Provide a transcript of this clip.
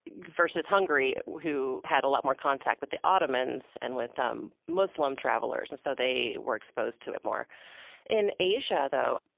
versus hungary who had a lot more contact with the ottomans and with um muslim travelers, and so they were exposed to it more in asia though,